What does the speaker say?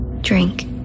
drink